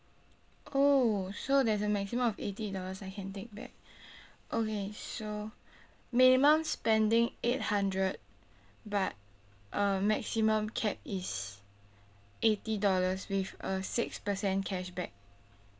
oh so there's a maximum of eighty dollars I can take back okay so minimum spending eight hundred but uh maximum cap is eighty dollars with a six percent cashback